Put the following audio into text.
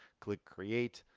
click create.